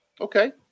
Okay